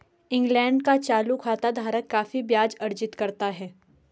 England का चालू खाता धारक काफी ब्याज अर्जित करता है